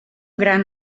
gran